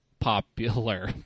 Popular